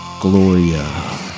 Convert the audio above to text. Gloria